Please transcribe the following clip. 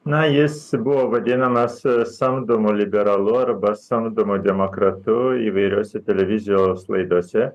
na jis buvo vadinamas samdomu liberalu arba samdomu demokratu įvairiose televizijos laidose